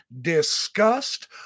discussed